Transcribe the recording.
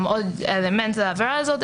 עוד אלמנט לעבירה הזו,